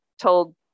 told